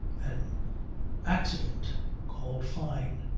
an accident called fyne,